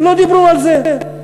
לא דיברו על זה.